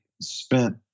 spent